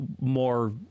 more